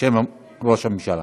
בשם ראש הממשלה.